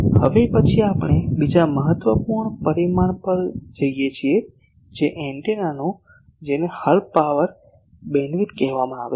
હવે પછી આપણે બીજા મહત્વપૂર્ણ પરિમાણ પર જઈએ છીએ જે એન્ટેનાનું છે જેને હાફ પાવર બેન્ડવિડ્થ કહેવામાં આવે છે